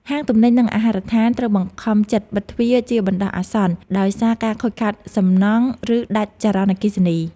ហាងទំនិញ និងអាហារដ្ឋានត្រូវបង្ខំចិត្តបិទទ្វារជាបណ្តោះអាសន្នដោយសារការខូចខាតសំណង់ ឬដាច់ចរន្តអគ្គិសនី។